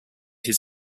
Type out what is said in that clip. his